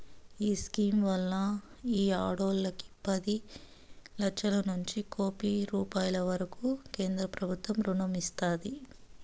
ఈ స్కీమ్ వల్ల ఈ ఆడోల్లకి పది లచ్చలనుంచి కోపి రూపాయిల వరకూ కేంద్రబుత్వం రుణం ఇస్తాది